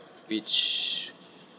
which